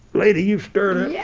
lady, you stir yeah